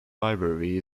library